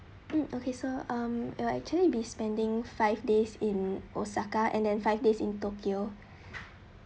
in okay so um you will actually be spending five days in osaka and then five days in tokyo